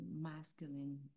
masculine